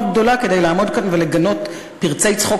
גדולה כדי לעמוד כאן ולגנות פרצי צחוק,